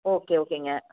okay ஓகேங்க